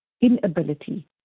inability